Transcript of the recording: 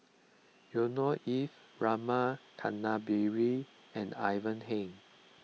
Yusnor Ef Rama Kannabiran and Ivan Heng